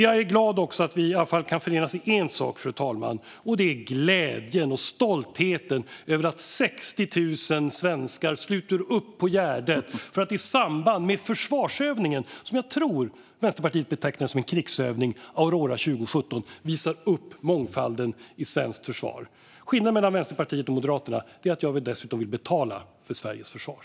Jag är glad också över att vi i alla fall kan förenas i en sak, fru talman, och det är glädjen och stoltheten över att 60 000 svenskar slöt upp på Gärdet i samband med försvarsövningen Aurora 2017, som jag tror att Vänsterpartiet betraktade som en krigsövning, då mångfalden i svenskt försvar visades upp. Skillnaden mellan Vänsterpartiet och Moderaterna är att jag och Moderaterna vill betala för Sveriges försvar.